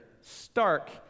stark